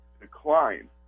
decline